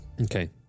Okay